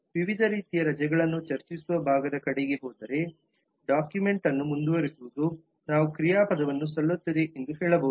ವಿವಿಧ ರೀತಿಯ ರಜೆಗಳನ್ನು ಚರ್ಚಿಸುವ ಭಾಗದ ಕಡೆಗೆ ಹೋದರೆ ಡಾಕ್ಯುಮೆಂಟ್ ಅನ್ನು ಮುಂದುವರಿಸುವುದು ನಾವು ಕ್ರಿಯಾಪದವನ್ನು ಸಲ್ಲುತ್ತದೆ ಎಂದು ಹೇಳಬಹುದು